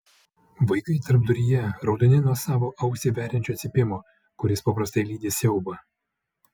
vaikai tarpduryje raudoni nuo savo ausį veriančio cypimo kuris paprastai lydi siaubą